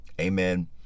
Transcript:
Amen